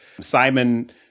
Simon